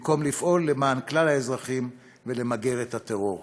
במקום לפעול למען כלל האזרחים ולמגר את הטרור.